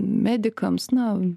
medikams na